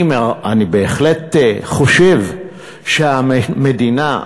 אני בהחלט חושב שהמדינה,